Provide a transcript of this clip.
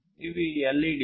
ఇవి ఎల్ఈడీలు